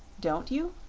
don't you?